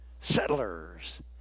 Settlers